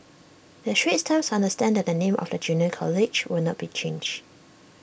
the straits times understands that the name of the junior college will not be changed